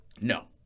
no